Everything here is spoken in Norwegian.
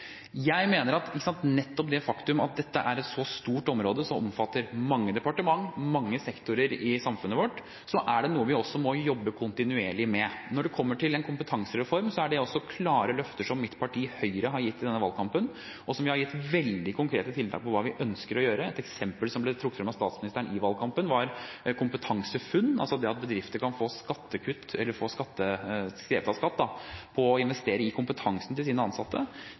Jeg mener at nettopp det faktum at dette er et så stort område – som omfatter mange departement, mange sektorer i samfunnet vårt – gjør at det er noe vi må jobbe kontinuerlig med. Når det kommer til kompetansereform, har mitt parti, Høyre, gitt klare løfter i denne valgkampen, og vi har gitt veldig konkrete svar på hva vi ønsker å gjøre. Et eksempel som ble trukket frem av statsministeren i valgkampen, var KompetanseFUNN, det at bedrifter kan få trukket fra på skatten ved å investere i kompetanse til sine ansatte.